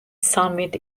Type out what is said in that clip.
summit